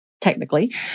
technically